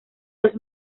los